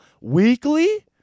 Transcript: weekly